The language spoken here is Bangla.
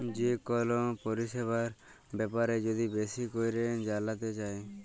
যে কল পরিছেবার ব্যাপারে যদি বেশি ক্যইরে জালতে চায়